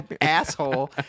asshole